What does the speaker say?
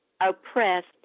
oppressed